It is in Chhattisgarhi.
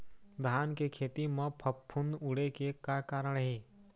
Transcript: धान के खेती म फफूंद उड़े के का कारण हे?